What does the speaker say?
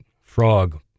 frog